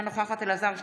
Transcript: אינה נוכחת אלעזר שטרן,